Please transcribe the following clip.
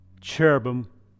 Cherubim